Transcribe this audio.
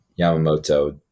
Yamamoto